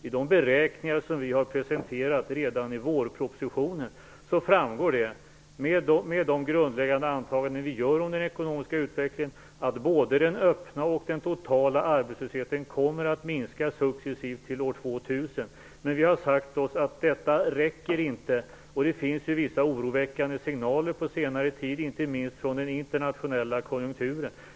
I de beräkningar vi har presenterat redan i vårpropositionen framgår, med de grundläggande antaganden vi gör om den ekonomiska utvecklingen, att både den öppna och den totala arbetslösheten kommer att minska successivt till år 2000. Men vi har sagt oss att detta inte räcker. Det har funnits vissa oroväckande signaler under senare tid, inte minst från den internationella konjunkturen.